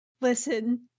Listen